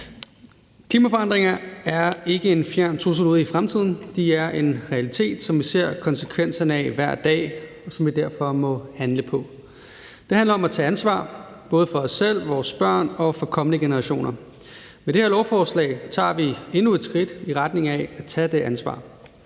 Klimaforandringerne er ikke en fjern trussel ude i fremtiden. De er en realitet, som vi ser konsekvenserne af hver dag, og som vi derfor må handle på. Det handler om at tage ansvar, både for os selv, for vores børn og for kommende generationer. Med det her lovforslag tager vi endnu et skridt i retning af at tage det ansvar.